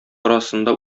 арасында